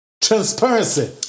Transparency